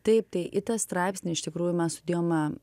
taip tai į tą straipsnį iš tikrųjų mes sudėjome